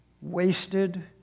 wasted